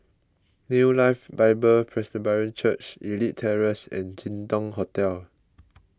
New Life Bible Presbyterian Church Elite Terrace and Jin Dong Hotel